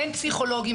אין פסיכולוגים.